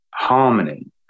harmony